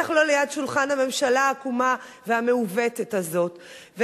בטח לא ליד שולחן הממשלה העקומה והמעוותת הזאת.